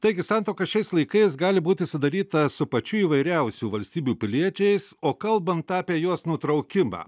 taigi santuoka šiais laikais gali būti sudaryta su pačių įvairiausių valstybių piliečiais o kalbant apie jos nutraukimą